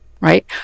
Right